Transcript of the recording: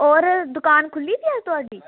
होर दुकान खुल्ली दी ऐ अज्ज तोआढ़ी